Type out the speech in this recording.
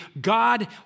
God